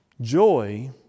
Joy